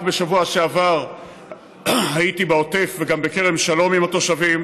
רק בשבוע שעבר הייתי בעוטף וגם בכרם שלום עם התושבים.